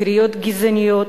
קריאות גזעניות,